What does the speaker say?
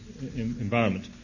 environment